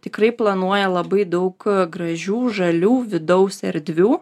tikrai planuoja labai daug gražių žalių vidaus erdvių